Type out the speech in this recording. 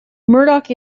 murdoch